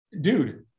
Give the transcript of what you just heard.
dude